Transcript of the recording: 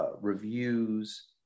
reviews